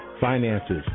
finances